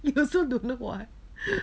you also don't know [what]